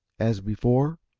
as before,